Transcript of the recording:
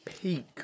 peak